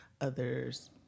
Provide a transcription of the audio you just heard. others